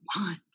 want